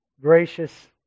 Gracious